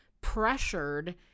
pressured